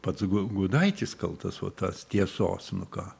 pats gu gudaitis kaltas va tas tiesos nu ką